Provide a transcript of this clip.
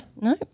No